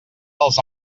dels